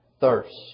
thirst